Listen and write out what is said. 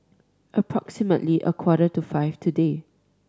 approximately a quarter to five today